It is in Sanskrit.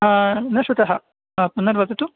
न श्रुतः पुनर्वदतु